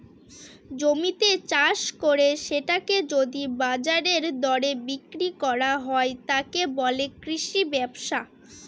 জমিতে চাষ করে সেটাকে যদি বাজারের দরে বিক্রি করা হয়, তাকে বলে কৃষি ব্যবসা